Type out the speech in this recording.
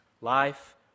Life